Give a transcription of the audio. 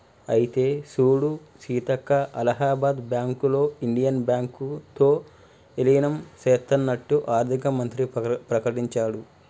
అయితే సూడు సీతక్క అలహాబాద్ బ్యాంకులో ఇండియన్ బ్యాంకు తో ఇలీనం సేత్తన్నట్టు ఆర్థిక మంత్రి ప్రకటించాడు